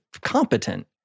competent